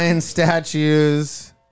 statues